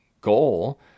goal